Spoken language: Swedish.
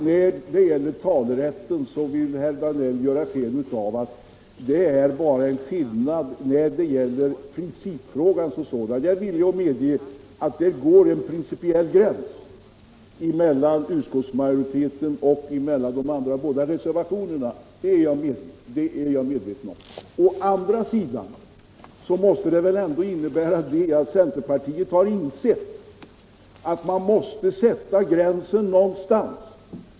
När det gäller talerätten vill herr Danell ge sken av att det finns en principiell skiljelinje. Jag är villig att medge att det finns en principiell skillnad mellan utskottsmajoritetens förslag och de båda reservationerna, men jag vill hävda att centerpartiet ändå har insett att man måste sätta gränsen någonstans.